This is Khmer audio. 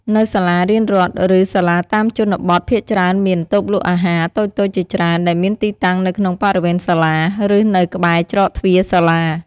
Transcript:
នៅសាលារៀនរដ្ឋ ឬសាលាតាមជនបទភាគច្រើនមាន តូបលក់អាហារ តូចៗជាច្រើន ដែលមានទីតាំងនៅក្នុងបរិវេណសាលា ឬនៅក្បែរច្រកទ្វារសាលា។